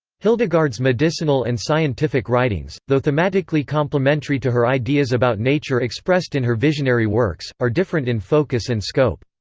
hildegard's medicinal and scientific writings, though thematically complementary to her ideas about nature expressed in her visionary works, are different in focus and scope.